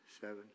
seven